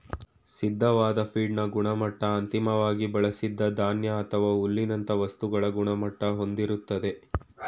ಸಿದ್ಧವಾದ್ ಫೀಡ್ನ ಗುಣಮಟ್ಟ ಅಂತಿಮ್ವಾಗಿ ಬಳ್ಸಿದ ಧಾನ್ಯ ಅಥವಾ ಹುಲ್ಲಿನಂತ ವಸ್ತುಗಳ ಗುಣಮಟ್ಟ ಹೊಂದಿರ್ತದೆ